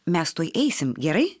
mes tuoj eisim gerai